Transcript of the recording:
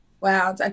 Wow